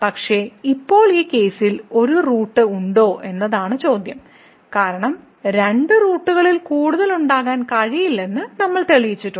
പക്ഷേ ഇപ്പോൾ ഈ കേസിൽ ഒരു റൂട്ട് ഉണ്ടോ എന്നതാണ് ചോദ്യം കാരണം രണ്ട് റൂട്ടുകളിൽ കൂടുതൽ ഉണ്ടാകാൻ കഴിയില്ലെന്ന് നമ്മൾ തെളിയിച്ചിട്ടുണ്ട്